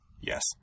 Yes